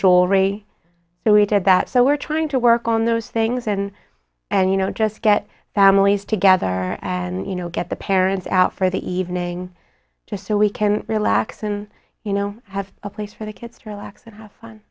jewelry and we did that so we're trying to work on those things and and you know just get families together and you know get the parents out for the evening just so we can relax and you know have a place for the kids to relax and have fun